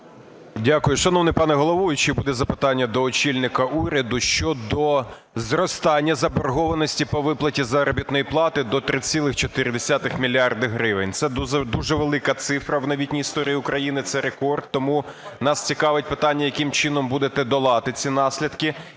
Дякую. Шановний пане головуючий! Буде запитання до очільника уряду щодо зростання заборгованості по виплаті заробітної плати до 3,4 мільярда гривень. Це дуже велика цифра в новітній історії України, це рекорд. Тому нас цікавить питання, яким чином будете долати ці наслідки